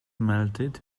melted